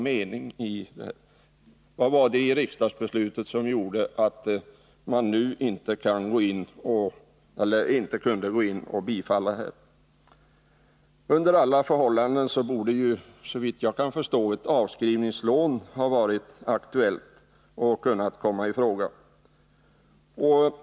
Vad var det i riksdagsbeslutet som gjorde att regeringen inte kunde bifalla ansökan om ett stöd? Under alla förhållanden borde, såvitt jag kan förstå, ett avskrivningslån ha kunnat komma i fråga.